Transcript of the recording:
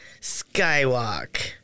Skywalk